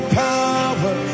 power